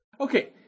Okay